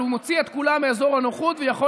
אבל הוא מוציא את כולם מאזור הנוחות ויכול